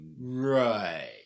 Right